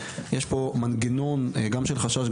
יש פה מנגנון גם של חשש,